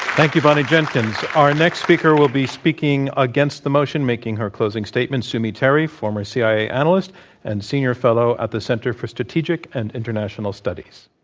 thank you, bonnie jenkins. our next speaker will be speaking against the motion making her closing statement, sue mi terry, former cia analyst and senior fellow at the center for strategic and international studies.